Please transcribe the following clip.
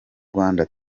rwanda